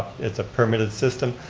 it's a permitted system.